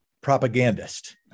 propagandist